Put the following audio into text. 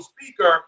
speaker